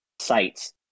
sites